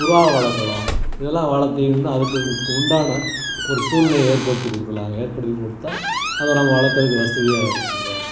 புறா வளர்க்கலாம் இதெல்லாம் வளர்த்திரிந்து அதுக்கு உ உண்டான ஒரு சூழ்நிலைய ஏற்படுத்திக் கொடுக்குலாங்க ஏற்படுத்திக் கொடுத்தா அதை நம்ம வளர்க்குறதுக்கு வசதியாக இருக்குங்க